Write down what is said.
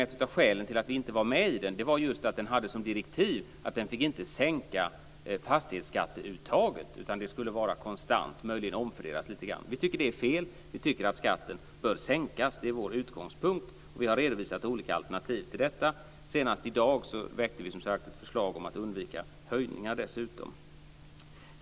Ett av skälen till att vi inte var med i den är just att den hade som direktiv att den inte fick sänka fastighetsskatteuttaget utan att det skulle vara konstant. Möjligen skulle det omfördelas lite grann. Vi tycker att detta är fel. Vi tycker att skatten bör sänkas, och det är vår utgångspunkt. Vi har redovisat olika alternativ till detta. Senast i dag väckte vi som sagt ett förslag om att undvika höjningar.